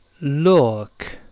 look